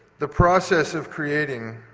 the process of creating,